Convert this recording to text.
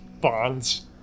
bonds